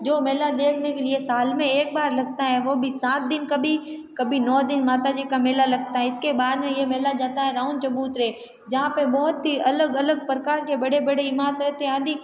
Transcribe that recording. जो मेला देखने के लिए साल में एक बार लगता है वो भी सात दिन कभी कभी नौ दिन माता जी का मेला लगता है इसके बाद में ये मेला जाता है रावण चबूत्रे जहाँ पे बहुत ही अलग अलग प्रकार के बड़े बड़े इमारतें आदि